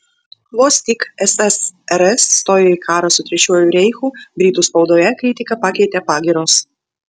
vos tik ssrs stojo į karą su trečiuoju reichu britų spaudoje kritiką pakeitė pagyros